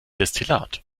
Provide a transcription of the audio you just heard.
destillat